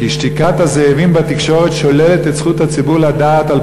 כי שתיקת הזאבים בתקשורת שוללת את זכות הציבור לדעת על